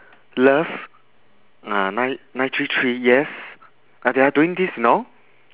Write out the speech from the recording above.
love ni~ nine three three yes ah they are doing this you know